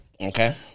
Okay